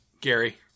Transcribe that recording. gary